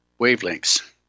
wavelengths